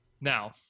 Now